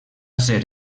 ser